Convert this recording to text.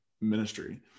ministry